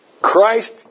Christ